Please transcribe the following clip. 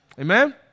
Amen